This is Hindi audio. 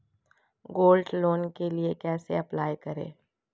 गोल्ड लोंन के लिए कैसे अप्लाई करें?